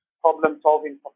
problem-solving